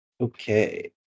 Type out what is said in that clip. Okay